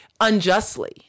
unjustly